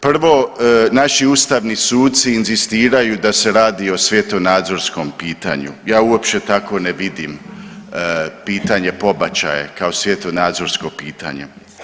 Prvo, naši ustavni suci inzistiraju da se radi o svjetonazorskom pitanju, ja uopće tako ne vidim pitanje pobačaja kao svjetonazorsko pitanje.